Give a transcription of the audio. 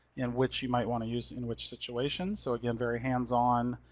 in which you might want to use, in which situations. so again, very hands on,